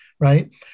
right